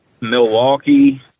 Milwaukee